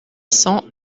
cents